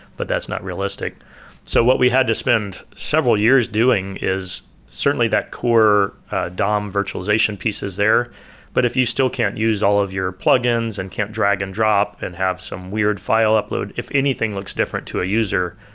but that's not realistic so what we had to spend several years doing is certainly that core dom virtualization pieces there, but if you still can't use all of your plugins and can't drag and drop and have some weird file upload. if anything looks different to a user,